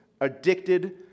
addicted